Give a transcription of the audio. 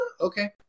okay